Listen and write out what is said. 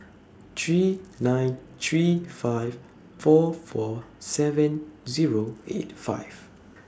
three nine three five four four seven Zero eight five